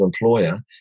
employer